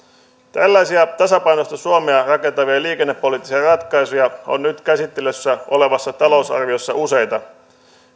tällaisia tasapainoista suomea rakentavia liikennepoliittisia ratkaisuja on nyt käsittelyssä olevassa talousarviossa useita